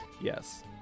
Yes